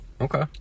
Okay